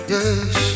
Yes